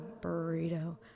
burrito